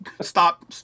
stop